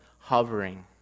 hovering